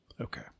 Okay